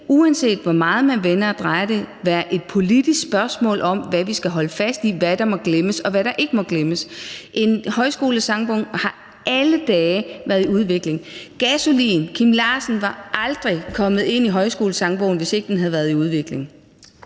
uanset hvor meget man vender og drejer det, være et politisk spørgsmål, hvad vi skal holde fast i – hvad der må glemmes, og hvad der ikke må glemmes. Højskolesangbogen har alle dage været i udvikling. Gasolin og Kim Larsen var aldrig kommet ind i Højskolesangbogen, hvis ikke den havde været i udvikling.